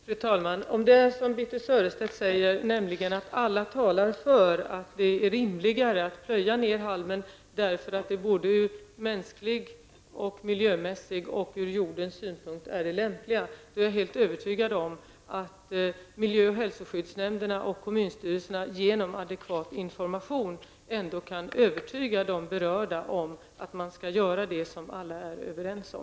Fru talman! Om det är som Birthe Sörestedt säger, nämligen att alla talar för att det är rimligare att plöja ner halmen därför att det ur mänsklig, miljömässig och jordens synpunkt är det lämpligaste, är jag helt övertygad om att miljö och hälsoskyddsnämnderna och kommunstyrelserna genom adekvat information ändå kan övertyga de berörda om att man skall göra det som alla är överens om.